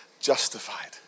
justified